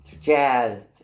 Jazz